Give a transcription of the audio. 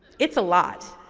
it's a lot.